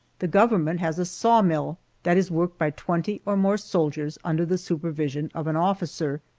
the government has a saw-mill that is worked by twenty or more soldiers under the supervision of an officer,